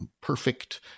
perfect